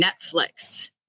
Netflix